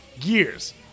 years